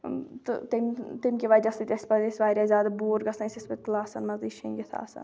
تہٕ تمہِ تمہِ کہِ وَجہ سۭتۍ ٲسۍ پَتہٕ ٲسۍ واریاہ زیادٕ بور گژھان أسۍ ٲسۍ پَتہٕ کلاسَن منٛزٕے شیٚنٛگِتھ آسان